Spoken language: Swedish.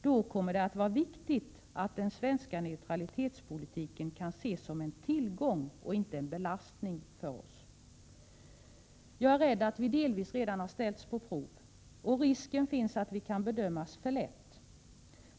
Då kommer det att vara viktigt att den svenska neutralitetspolitiken kan ses som en tillgång och inte en belastning för oss. Jag är rädd att vi delvis redan har ställts på prov. Risken finns att vi kan bedömas väga för lätt.